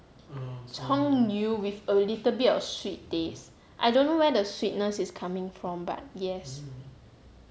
葱油 with a little bit of sweet taste I don't know where the sweetness is coming from but yes